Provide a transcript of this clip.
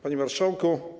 Panie Marszałku!